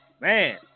Man